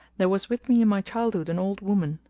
there was with me in my childhood an old woman,